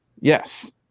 Yes